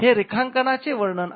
हे रेखांकनाचे वर्णन आहे